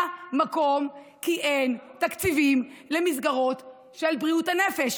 מקום כי אין תקציבים למסגרות של בריאות הנפש.